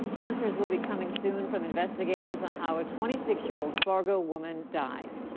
answers will be coming soon from investigators on how a twenty six year-old fargo woman died.